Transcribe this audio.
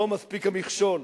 לא מספיק המכשול,